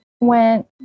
went